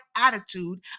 attitude